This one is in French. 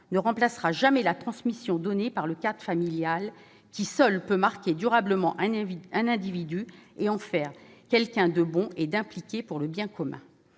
ne remplaceront jamais la transmission donnée par le cadre familial, qui, seule, peut marquer durablement un individu et en faire quelqu'un de bon et d'impliqué pour le bien commun.